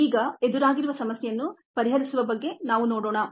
ಈಗ ಎದುರಾಗಿರುವ ಸಮಸ್ಯೆಯನ್ನು ಪರಿಹರಿಸುವ ಬಗ್ಗೆ ನಾವು ನೋಡೋಣ